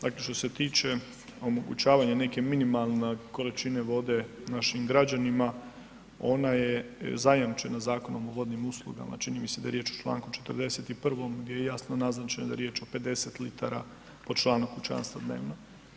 Dakle, što se tiče omogućavanja neke minimalne količine vode našim građanima, ona je zajamčena Zakonom o vodnim uslugama, čini mi se da je riječ o čl. 41. gdje je jasno naznačena riječ o 50 litara po članu kućanstva dnevno.